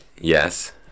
Yes